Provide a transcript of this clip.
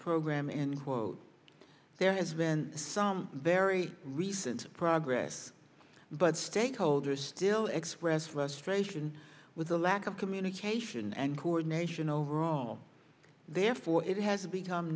program and quote there has been some very recent progress but stakeholders still express frustration with the lack of communication and coordination overall therefore it has become